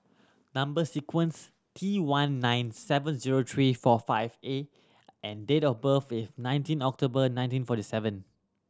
number sequence T one nine seven zero three four five A and date of birth is nineteen October nineteen forty seven